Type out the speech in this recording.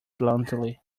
bluntly